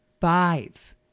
five